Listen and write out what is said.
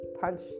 punch